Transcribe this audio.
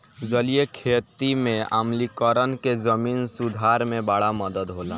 जलीय खेती में आम्लीकरण के जमीन सुधार में बड़ा मदद होला